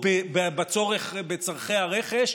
או בצורכי הרכש,